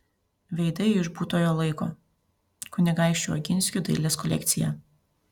veidai iš būtojo laiko kunigaikščių oginskių dailės kolekcija